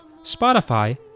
Spotify